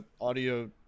audio